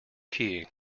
key